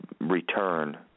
return